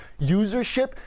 usership